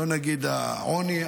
לא נגיד העוני,